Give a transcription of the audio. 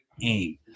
aim